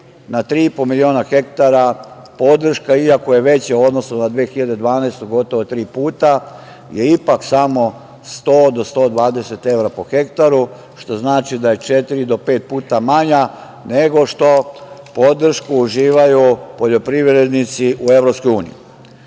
na 3,5 miliona hektara podrška, iako je veća u odnosu na 2012. godinu gotovo tri puta, je ipak samo 100 do 120 evra po hektaru, što znači da je četiri do pet puta manja nego što podršku uživaju poljoprivrednici u